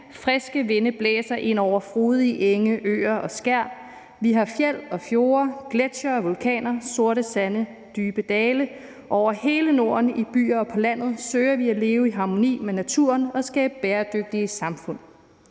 friske vinde blæser ind over frodige enge, øer og skær. Vi har fjeld og fjorde, gletsjere og vulkaner, sorte sande og dybe dale. Over hele Norden, i byer og på landet, søger vi at leve i harmoni med naturen, og skabe bæredygtige samfund.